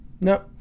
no